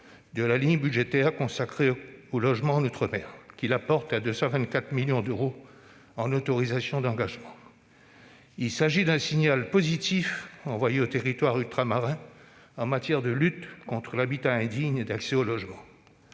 de la ligne budgétaire qui lui est consacrée, la portant à 224 millions d'euros en autorisations d'engagement. Il s'agit d'un signal positif envoyé aux territoires ultramarins en matière de lutte contre l'habitat indigne et d'accès au logement.